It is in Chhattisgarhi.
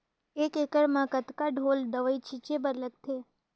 एक एकड़ म कतका ढोल दवई छीचे बर लगथे?